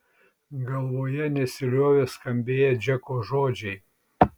galvoje nesiliovė skambėję džeko žodžiai